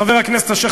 חבר הכנסת אשר,